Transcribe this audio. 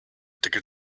ticket